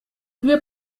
две